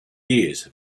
years